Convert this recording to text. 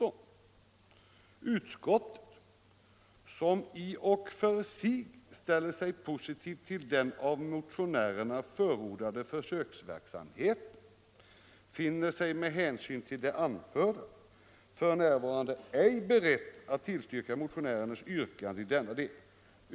Utskottet, som i och för sig ställer sig positivt till den av motionärerna förordade försöksverksamheten, finner sig med hänsyn till det anförda f. n. ej berett att tillstyrka motionärernas yrkande i denna del.